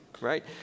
right